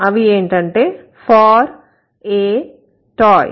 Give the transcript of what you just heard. అవి ఏంటంటే for a toy